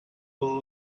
will